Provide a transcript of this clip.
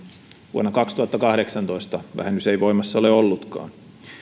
vuonna kaksituhattakahdeksantoista vähennys ei voimassa ole ollutkaan